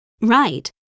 Right